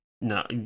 No